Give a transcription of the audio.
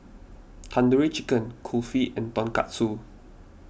Tandoori Chicken Kulfi and Tonkatsu